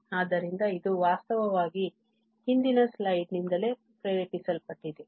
ಆದ್ದರಿಂದ ಇದು ವಾಸ್ತವವಾಗಿ ಹಿಂದಿನ slide ನಿಂದಲೇ ಪ್ರೇರೇಪಿಸಲ್ಪಟ್ಟಿದೆ